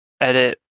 edit